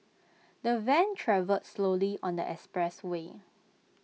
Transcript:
the van travelled slowly on the expressway